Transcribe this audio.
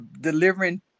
delivering